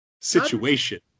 situation